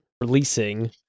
releasing